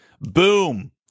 Boom